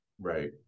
Right